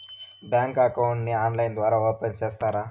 Bank account ని online ద్వారా open సేస్తారా?